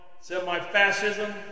semi-fascism